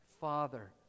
Father